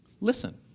listen